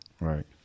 Right